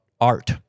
art